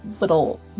little